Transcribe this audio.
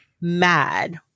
mad